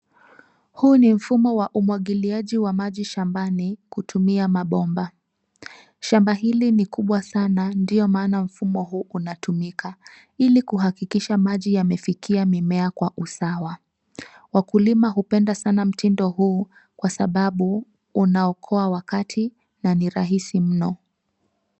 Huu ni mfumo wa umwagiliaji wa maji shambani kutumia mabomba. Shamba hili ni kubwa sana ndio maana mfumo huu unatumika ili kuhakikisha maji yamefikia mimea kwa usawa. Wakulima hupenda sana mtindo huu kwa sababu unaokoa wakati na ni rahisi mno.